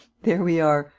there we are!